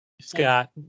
Scott